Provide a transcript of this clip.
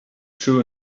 true